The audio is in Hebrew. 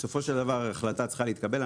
בסופו של דבר החלטה צריכה להתקבל.